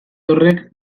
horrek